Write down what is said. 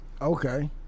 Okay